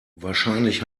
wahrscheinlich